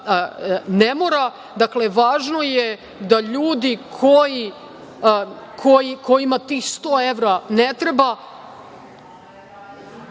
ne mora. Dakle, važno je da ljudi kojima tih 100 evra ne treba